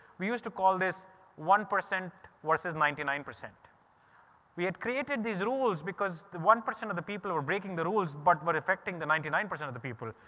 we used to call this one percent versus ninety nine. we had created these rules because the one percent of the people were breaking the rules, but we're affecting the ninety nine percent of the people.